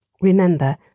Remember